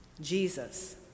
Jesus